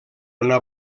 una